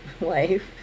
life